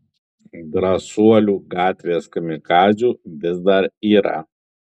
drąsuolių gatvės kamikadzių vis dar yra